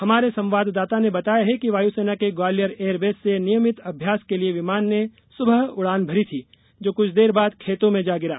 हमारे संवाददाता ने बताया है कि वायुसेना के ग्वालियर एयरबेस से नियमित अभ्यास के लिए विमान ने सुबह उड़ान भरी थी जो कुछ देर बाद खेतों में जा गिरा